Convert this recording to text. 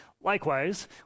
Likewise